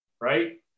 right